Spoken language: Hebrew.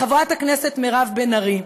חברת הכנסת מירב בן ארי,